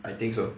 I think so